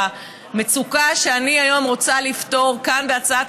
המצוקה שאני היום רוצה לפתור כאן בהצעת